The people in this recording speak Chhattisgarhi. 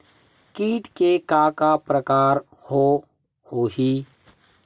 कीट के का का प्रकार हो होही?